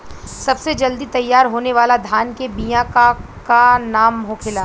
सबसे जल्दी तैयार होने वाला धान के बिया का का नाम होखेला?